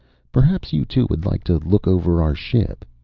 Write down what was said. perhaps you two would like to look over our ship.